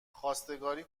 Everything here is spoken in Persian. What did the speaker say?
خواستگاری